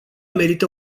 merită